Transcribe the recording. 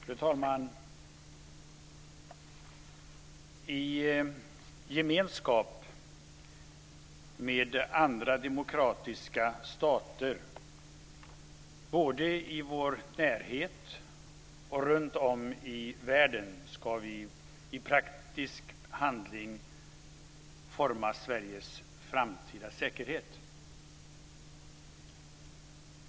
Fru talman! I gemenskap med andra demokratiska stater, både i vår närhet och runtom i världen, ska vi i praktisk handling forma Sveriges framtida säkerhet.